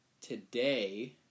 today